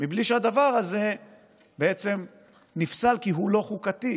מבלי שהדבר הזה בעצם נפסל כי הוא לא חוקתי.